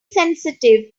sensitive